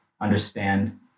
understand